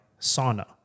sauna